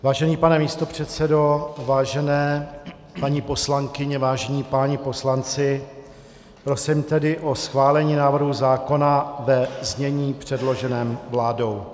Vážený pane místopředsedo, vážené paní poslankyně, vážení páni poslanci, prosím tedy o schválení návrhu zákona ve znění předloženém vládou.